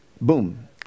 boom